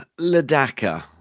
Ladaka